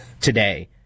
today